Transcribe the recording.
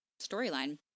storyline